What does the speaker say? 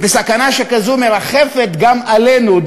וסכנה שכזאת מרחפת גם עלינו,